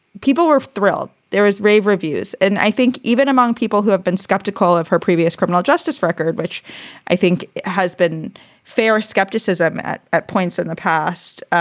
people were thrilled. there is rave reviews. and i think even among people who have been skeptical of her previous criminal justice record, which i think has been fair skepticism at at points in the past,